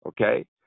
okay